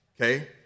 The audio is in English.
Okay